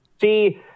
See